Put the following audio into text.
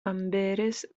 amberes